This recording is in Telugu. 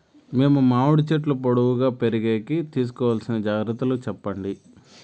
మేము మామిడి చెట్లు పొడువుగా పెరిగేకి తీసుకోవాల్సిన జాగ్రత్త లు చెప్పండి?